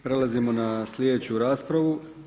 Prelazimo na sljedeću raspravu.